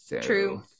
True